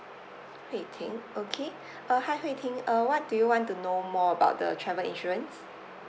hui ting okay uh hi hui ting uh what do you want to know more about the travel insurance